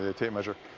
ah tape measure,